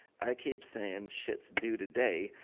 i keep saying, shit's due today,